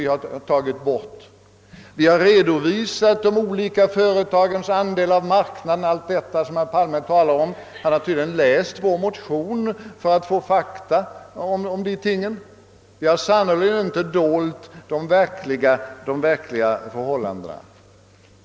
— Vi har f. ö. redovisat de olika företagens andel av marknaden och allt det som herr Palme talar om. Han har tydligen läst vår motion för att få fakta om dessa ting. Vi har sannerligen inte dolt de verkliga förhållandena.